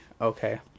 okay